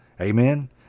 Amen